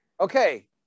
Okay